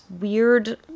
weird